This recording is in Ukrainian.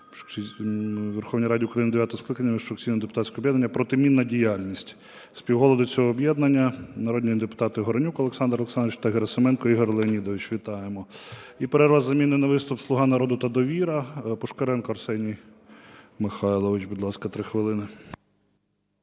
Верховній Раді України дев'ятого скликання міжфракційного депутатського об'єднання "Протимінна діяльність". Співголови цього об'єднання – народні депутати Горенюк Олександр Олександрович та Герасименко Ігор Леонідович. Вітаємо. І перерва із заміною на виступ, "Слуга народу" та "Довіра". Пушкаренко Арсеній Михайлович. Будь ласка, 3 хвилини.